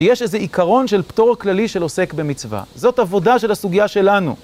יש איזה עיקרון של פטור כללי של עוסק במצווה, זאת עבודה של הסוגיה שלנו.